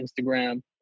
Instagram